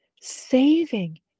Saving